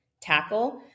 tackle